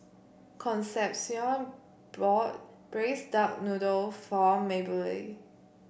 Concepcion bought Braised Duck Noodle for Maybelle